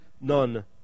none